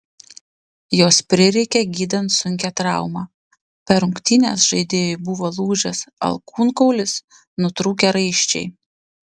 jos prireikė gydant sunkią traumą per rungtynes žaidėjui buvo lūžęs alkūnkaulis nutrūkę raiščiai